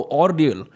ordeal